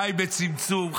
חי בצמצום,